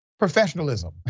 professionalism